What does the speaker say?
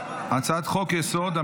לוועדת החוקה.